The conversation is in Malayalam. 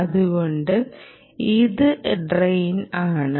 അതുകൊണ്ട് ഇത് ഡ്രെയിൻ ആണ്